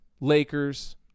Lakers